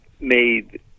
made